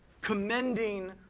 commending